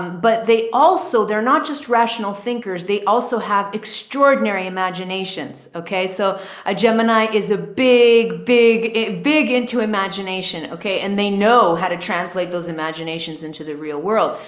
but they also, they're not just rational thinkers. they also have extraordinary imaginations. okay. so a gemini is a big, big, a big into imagination. okay. and they know how to translate those imaginations into the real world.